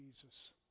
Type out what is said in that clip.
Jesus